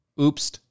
oops